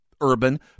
urban